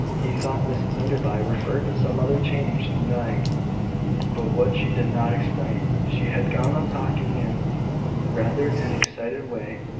he thought mrs enderby referred to some other change than dying but what, she did not explain. she had gone on talking in rather an excited way,